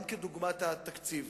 גם כדוגמת התקציב